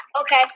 Okay